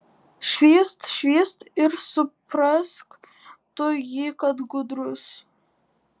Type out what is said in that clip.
švyst švyst ir suprask tu jį kad gudrus